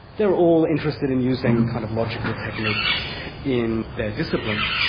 they're all interested in using kind of logical techniques in their disciplines.